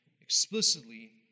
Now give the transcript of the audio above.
explicitly